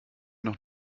noch